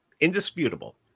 indisputable